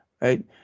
right